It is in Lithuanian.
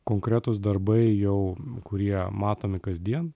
konkretūs darbai jau kurie matomi kasdien